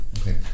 Okay